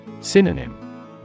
Synonym